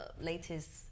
latest